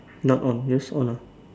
not one that's all lah